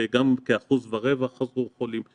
כ-1.25% חזרו חולים.